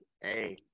Hey